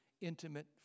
intimate